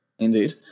Indeed